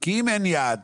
כי אם אין יעד